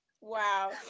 Wow